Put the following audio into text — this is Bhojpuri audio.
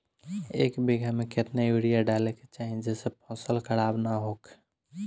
एक बीघा में केतना यूरिया डाले के चाहि जेसे फसल खराब ना होख?